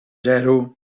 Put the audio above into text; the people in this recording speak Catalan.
zero